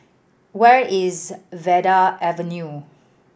where is Vanda Avenue